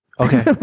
Okay